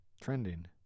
trending